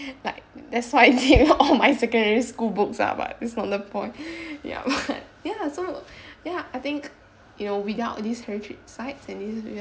like that's why all my secondary school books ah but that's not the point yup ya so ya I think you know we got these heritage site and these ya